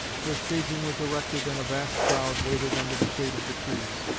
where staging was erected and a vast crowd waited under the shade of the trees.